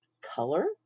color